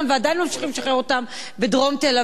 בדרום תל-אביב או בערים החלשות.